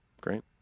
great